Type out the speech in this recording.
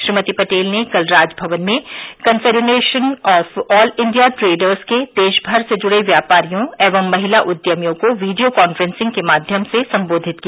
श्रीमती पटेल ने कल राजभवन में confederation of all India traders के देशभर से जुड़े व्यापारियों एवं महिला उद्यमियों को वीडियो कान्फ्रेन्सिंग के माध्यम से सम्बोधित किया